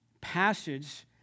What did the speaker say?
passage